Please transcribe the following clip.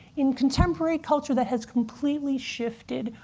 in contemporary culture, that has completely shifted.